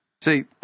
See